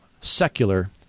secular